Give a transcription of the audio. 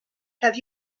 have